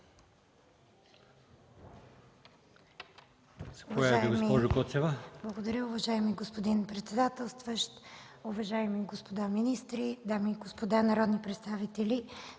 Благодаря. Уважаеми господин председателстващ, уважаеми господа министри, дами и господа народни представители!